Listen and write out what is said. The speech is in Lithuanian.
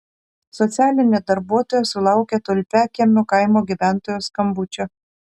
socialinė darbuotoja sulaukė tulpiakiemio kaimo gyventojos skambučio